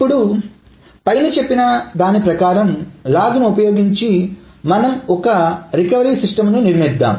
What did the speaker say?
ఇప్పుడు పైన చెప్పిన దాని ప్రకారం లాగ్ ని ఉపయోగించి మనం ఒక రికవరీ సిస్టం ని నిర్మిద్దాం